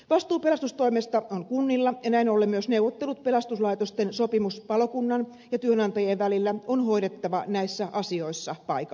vastuu pelastustoimesta on kunnilla ja näin ollen myös neuvottelut pelastuslaitosten sopimuspalokunnan ja työnantajien välillä on hoidettava näissä asioissa paikallisesti